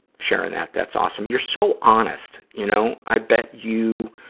sharing that, that's awesome. you're so honest, you know. i bet you,